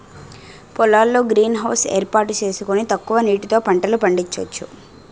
పొలాల్లో green house ఏర్పాటు సేసుకొని తక్కువ నీటితో పంటలు పండించొచ్చు